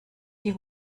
die